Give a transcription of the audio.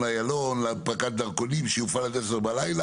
איילון להנפקת דרכונים שיופעל עד 22:00,